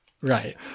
Right